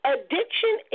Addiction